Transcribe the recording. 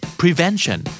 prevention